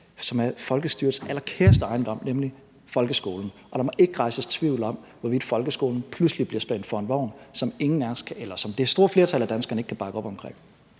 som er folkestyrets allerkæreste ejendom, nemlig folkeskolen. Og der må ikke rejses tvivl om, hvorvidt folkeskolen pludselig bliver spændt for en vogn, som det store flertal af danskerne ikke kan bakke op omkring.